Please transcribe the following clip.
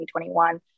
2021